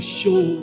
show